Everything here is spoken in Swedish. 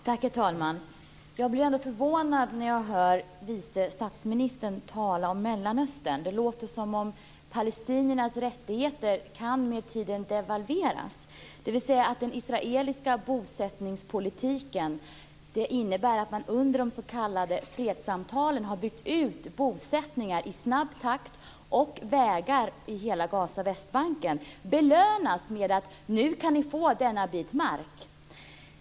Herr talman! Jag blir förvånad när jag hör vice statsministern tala om Mellanöstern. Det låter som om palestiniernas rättigheter med tiden kan devalveras, dvs. att den israeliska bosättningspolitiken, som innebär att man under de s.k. fredssamtalen har byggt ut bosättningar i snabb takt och byggt vägar överallt i Gaza och på Västbanken, belönas med att man får denna bit mark.